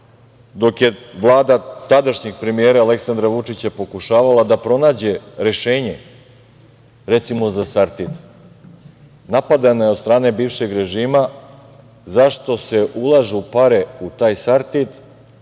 dok je Vlada tadašnjeg premijera Aleksandra Vučića pokušavala da pronađe rešenje recimo za „Sartid“, napadana je od strane bivšeg režima zašto se ulažu pare u taj „Sartid“